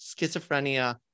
schizophrenia